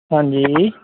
ਹਾਂਜੀ